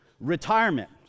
retirement